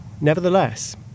Nevertheless